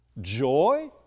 Joy